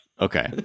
Okay